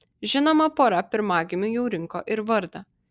žinoma pora pirmagimiui jau rinko ir vardą